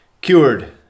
cured